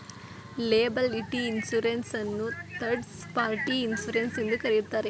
liability insurance ಅನ್ನು third party insurance ಎಂದು ಕರೆಯುತ್ತಾರೆ